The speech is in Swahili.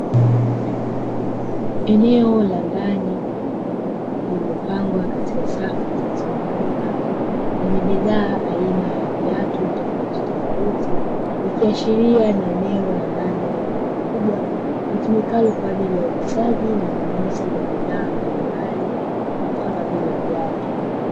Eneo la ndani lilopangwa katika safu zilizonyooka ikiwa ni sehemu ya uuzaji na ununuzi wa bidhaa kam vile viatu